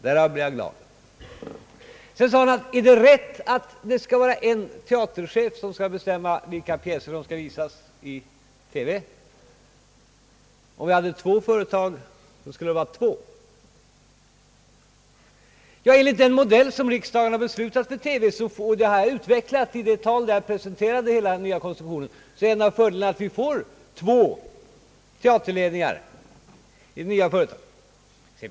Därav blev jag glad. För det andra undrade herr Axel Andersson om det är rätt att en enda teaterchef bestämmer vilka teaterpjäser som skall visas i TV. Hade vi två företag skulle det alltså bli två teaterchefer. En av fördelarna med den modell som riksdagen har beslutat är, såsom jag utvecklat i det tal där jag presenterade hela den nya konstruktionen, att vi får två teaterledningar i det nya företaget.